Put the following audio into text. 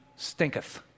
stinketh